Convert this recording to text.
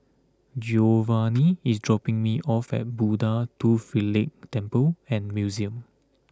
Giovani is dropping me off at Buddha Tooth Relic Temple and Museum